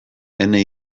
ene